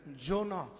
Jonah